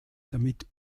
damit